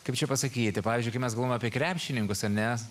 kaip čia pasakyti pavyzdžiui mes galvojam apie krepšininkus ar ne